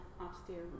upstairs